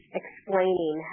explaining